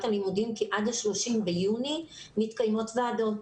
הלימודים כי עד ה-30 ביוני מתקיימות ועדות.